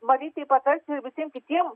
marytei patarčiau ir visiem kitiem